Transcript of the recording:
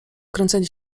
kręcenie